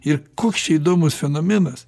ir koks čia įdomus fenomenas